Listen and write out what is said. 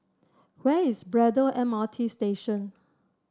where is Braddell M R T Station